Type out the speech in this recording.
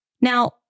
Now